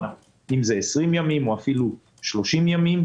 אם זה 20 ימים או 30 ימים,